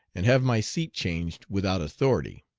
and have my seat changed without authority.